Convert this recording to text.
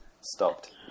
stopped